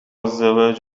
الزواج